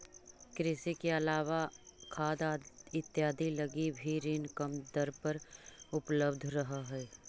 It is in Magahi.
कृषि के अलावा खाद इत्यादि लगी भी ऋण कम दर पर उपलब्ध रहऽ हइ